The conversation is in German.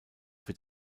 wird